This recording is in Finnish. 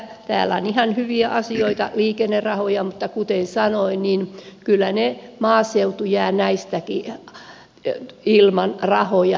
täällä on ihan hyviä asioita liikennerahoja mutta kuten sanoin niin kyllä maaseutu jää näissäkin ilman rahoja